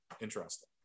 interesting